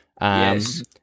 Yes